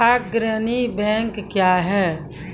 अग्रणी बैंक क्या हैं?